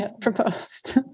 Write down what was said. proposed